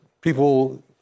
people